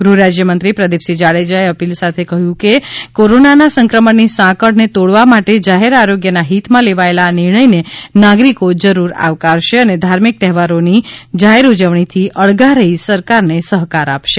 ગૃહ રાજય મંત્રી પ્રદિપસિંહ જાડેજા અપીલ સાથે કહ્યું છે કે કોરોનાના સંક્રમણની સાંકળને તોડવા માટે જાહેર આરોગ્યના હિતમાં લેવાયેલા આ નિર્ણયને નાગરિકો જરૂર આવકારશે અને ધાર્મિક તહેવારોની જાહેર ઉજવણીથી અળગા રહી સરકાર ને સહકાર આપશે